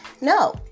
No